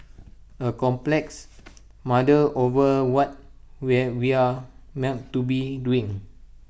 A complex muddle over what where we're meant to be doing